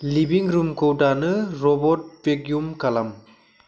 लिभिं रुमखौ दानो robot vacuum खालाम